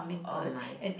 oh my